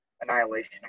Annihilation